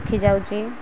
ରଖିଯାଉଚି